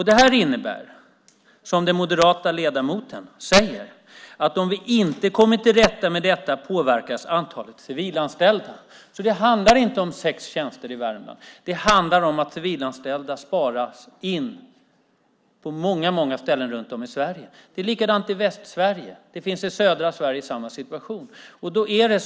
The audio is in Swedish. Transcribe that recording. Det innebär, som den moderate ledamoten sade, att om vi inte kommer till rätta med detta påverkas antalet civilanställda. Det handlar alltså inte om sex tjänster i Värmland. Det handlar om att civilanställda sparas in på många ställen runt om i Sverige. Så är det även i Västsverige liksom i södra Sverige. Där är situationen likadan.